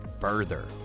further